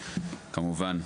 כמובן,